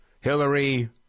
Hillary